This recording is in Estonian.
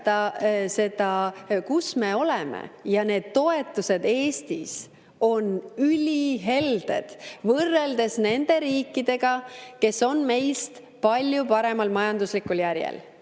seda, kus me oleme. Need toetused Eestis on ülihelded võrreldes nende riikidega, kes on meist palju paremal majanduslikul järjel.